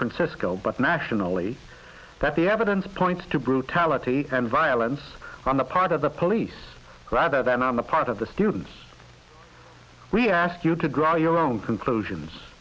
francisco but nationally that the evidence points to brutality and violence on the part of the police rather than on the part of the students we ask you to grow your own conclusions